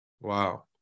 wow